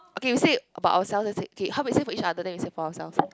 okay we say about ourselves that's it okay how about we say for each other then we say for ourselves